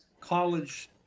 college